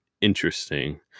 interesting